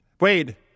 wade